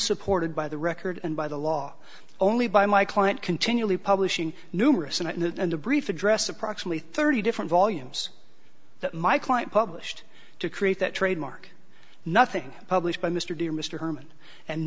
unsupported by the record and by the law only by my client continually publishing numerous and a brief address approximately thirty different volumes that my client published to create that trademark nothing published by mr dear mr herman and